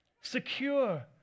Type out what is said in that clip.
secure